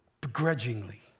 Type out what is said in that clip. begrudgingly